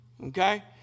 okay